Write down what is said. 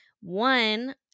One